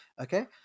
okay